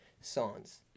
songs